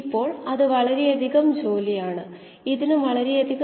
ഈ ഡോട്ട് ഇട്ടതും വരച്ചതുമായ വരികളാൽ സൂചിപ്പിച്ചതാണ് സിസ്റ്റം